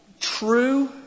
true